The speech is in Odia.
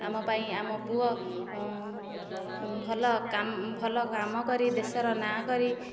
ଆମ ପାଇଁ ଆମ ପୁଅ ଭଲ ଭଲ କାମ କରି ଦେଶର ନାଁ କରି